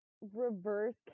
reverse